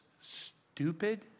stupid